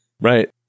Right